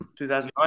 2009